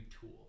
tool